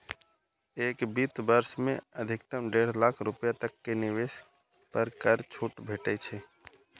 एक वित्त वर्ष मे अधिकतम डेढ़ लाख रुपैया तक के निवेश पर कर छूट भेटै छै